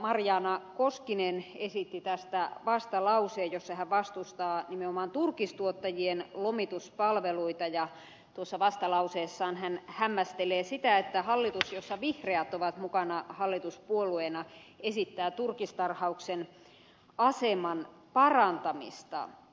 marjaana koskinen esitti tästä vastalauseen jossa hän vastustaa nimenomaan turkistuottajien lomituspalveluita ja tuossa vastalauseessaan hän hämmästelee sitä että hallitus jossa vihreät ovat mukana hallituspuolueena esittää turkistarhauksen aseman parantamista